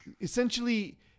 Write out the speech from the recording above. essentially